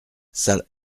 salle